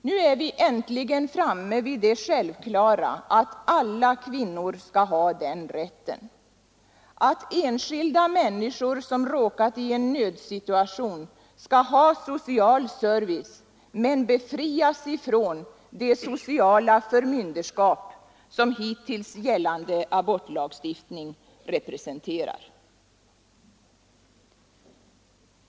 Nu är vi äntligen framme vid det självklara att alla kvinnor skall ha den rätten, att enskilda människor som råkat i en nödsituation skall ha social service men befrias från det sociala förmynderskap som hittills gällande abortlagstiftning representerar.